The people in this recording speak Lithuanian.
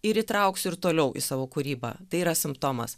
ir įtrauksiu ir toliau į savo kūrybą tai yra simptomas